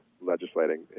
legislating